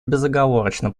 безоговорочно